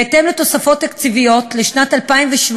בהתאם לתוספות תקציביות לשנת 2017,